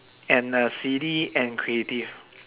and a silly and creative